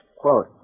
Quote